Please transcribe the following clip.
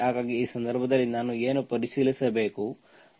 ಹಾಗಾಗಿ ಈ ಸಂದರ್ಭದಲ್ಲಿ ನಾನು ಏನು ಪರಿಶೀಲಿಸಬೇಕು